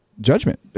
judgment